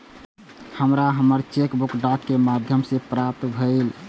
हमरा हमर cheque book डाक के माध्यम से प्राप्त भईल